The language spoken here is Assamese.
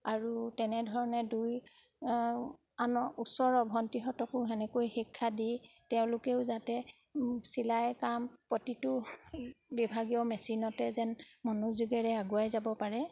আৰু তেনেধৰণে দুই আনৰ ওচৰৰ ভণ্টিহঁতকো সেনেকৈ শিক্ষা দি তেওঁলোকেও যাতে চিলাই কাম প্ৰতিটো বিভাগীয় মেচিনতে যেন মনোযোগেৰে আগুৱাই যাব পাৰে